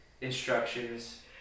instructions